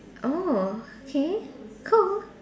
oh okay cool